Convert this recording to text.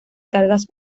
cargas